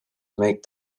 make